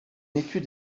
étude